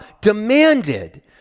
demanded